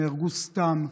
נהרגו סתם,